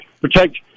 protect